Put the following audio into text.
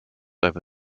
over